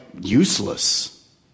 useless